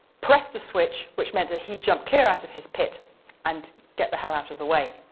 press the switch which meant that he'd jump clear out of his pit and get the hell out of the way.